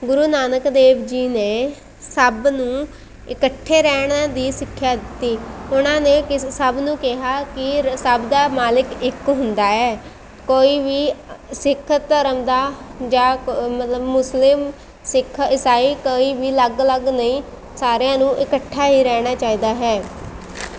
ਗੁਰੂ ਨਾਨਕ ਦੇਵ ਜੀ ਨੇ ਸਭ ਨੂੰ ਇਕੱਠੇ ਰਹਿਣ ਦੀ ਸਿੱਖਿਆ ਦਿੱਤੀ ਉਨ੍ਹਾਂ ਨੇ ਕਿਸ ਸਭ ਨੂੰ ਕਿਹਾ ਕਿ ਰ ਸਭ ਦਾ ਮਾਲਕ ਇੱਕ ਹੁੰਦਾ ਹੈ ਕੋਈ ਵੀ ਸਿੱਖ ਧਰਮ ਦਾ ਜਾਂ ਕ ਮਤਲਬ ਮੁਸਲਿਮ ਸਿੱਖ ਇਸਾਈ ਕੋਈ ਵੀ ਅਲੱਗ ਅਲੱਗ ਨਹੀਂ ਸਾਰਿਆਂ ਨੂੰ ਇਕੱਠਾ ਹੀ ਰਹਿਣਾ ਚਾਹੀਦਾ ਹੈ